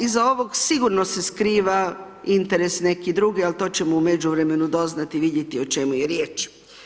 Iza ovog sigurno se skriva interes neki drugi, ali to ćemo u međuvremenu doznati i vidjeti o čemu je riječ.